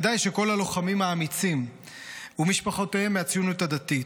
כדאי שכל הלוחמים האמיצים ומשפחותיהם מהציונות הדתית,